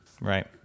Right